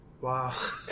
Wow